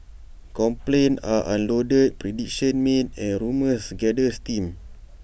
complaints are unloaded predictions made and rumours gather steam